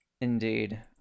Indeed